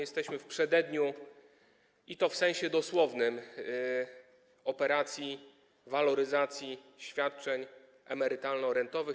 Jesteśmy w przededniu, i to w sensie dosłownym, operacji waloryzacji świadczeń emerytalno-rentowych.